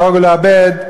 להרוג ולאבד,